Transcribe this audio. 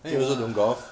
don't want ah